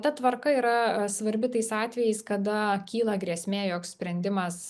ta tvarka yra svarbi tais atvejais kada kyla grėsmė jog sprendimas